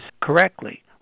correctly